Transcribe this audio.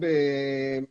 אבי,